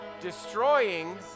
destroying